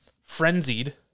frenzied